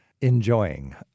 enjoying